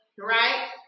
right